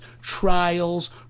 trials